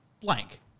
blank